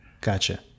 gotcha